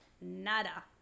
nada